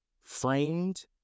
framed